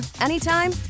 anytime